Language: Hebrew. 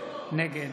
נגד